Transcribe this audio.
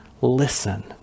listen